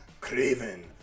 Craven